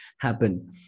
happen